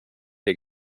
der